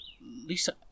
Lisa